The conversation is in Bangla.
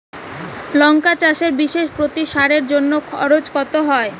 লঙ্কা চাষে বিষে প্রতি সারের জন্য খরচ কত হয়?